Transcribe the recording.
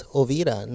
ovira